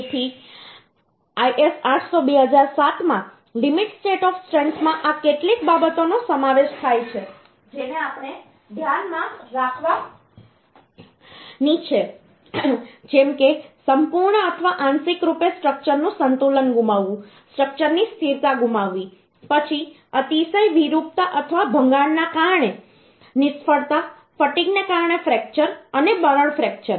તેથી IS 800 2007 માં limit state of સ્ટ્રેન્થમાં આ કેટલીક બાબતોનો સમાવેશ થાય છે જેને આપણે ધ્યાનમાં રાખવાની છે જેમ કે સંપૂર્ણ અથવા આંશિક રૂપે સ્ટ્રક્ચરનું સંતુલન ગુમાવવું સ્ટ્રક્ચરની સ્થિરતા ગુમાવવી પછી અતિશય વિરૂપતા અથવા ભંગાણ ના કારણે નિષ્ફળતા ફટિગ ને કારણે ફ્રેકચર અને બરડ ફ્રેકચર